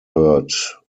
heard